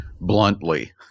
bluntly